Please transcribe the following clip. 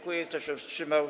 Kto się wstrzymał?